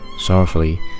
Sorrowfully